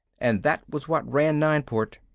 and that was what ran nineport.